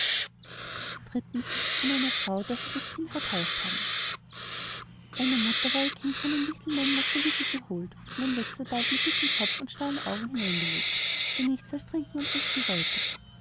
von einer frau der sie das kind vertauscht haben einer mutter war ihr kind von den wichtelmännern aus der wiege geholt und ein wechselbalg mit dickem kopf und starren augen hineingelegt der nichts als trinken und essen wollte